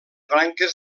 branques